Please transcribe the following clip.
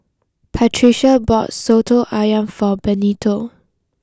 Patricia bought Soto Ayam for Benito